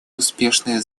успешное